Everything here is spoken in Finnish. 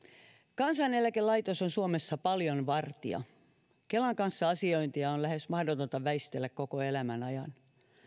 kansaneläkelaitos on suomessa paljon vartija kelan kanssa asiointia on lähes mahdotonta väistellä koko elämän ajan